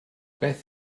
beth